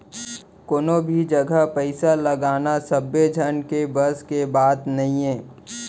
कोनो भी जघा पइसा लगाना सबे झन के बस के बात नइये